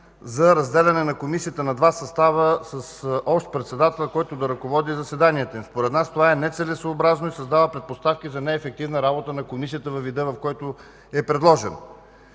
за разделяне на комисията на два състава с общ председател, който да ръководи заседанията. Според нас това е нецелесъобразно и създава предпоставки за неефективна работа на комисията във вида, в който е предложен.